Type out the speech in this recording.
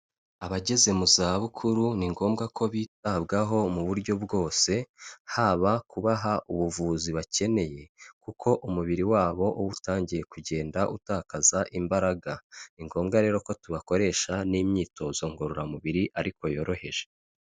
Abageze mu zabukuru ni ngombwa ko bitabwaho mu buryo byose; haba kubaha ubuvuzi bakeneye kuko umubiri wabo uba utangiye kugenda utakaza imbaraga ni ngombwa rero ko tubakoresha n'imyitozo ngororamubiri ariko yoroheje.